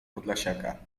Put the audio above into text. podlasiaka